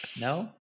No